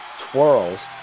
twirls